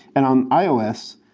and on ios,